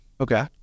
Okay